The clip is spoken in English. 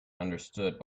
understood